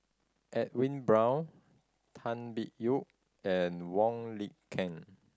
Edwin Brown Tan Biyun and Wong Lin Ken